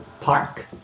park